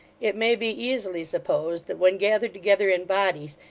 it may be easily supposed that when gathered together in bodies,